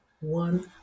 one